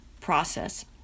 process